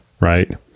right